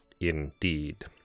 Indeed